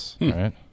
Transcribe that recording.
right